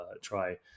try